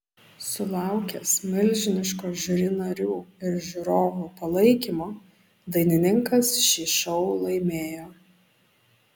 sulaukęs milžiniško žiuri narių ir žiūrovų palaikymo dainininkas šį šou laimėjo